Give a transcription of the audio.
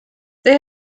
they